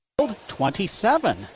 27